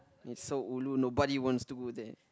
it's so ulu nobody wants to go there